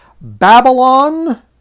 Babylon